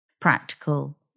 practical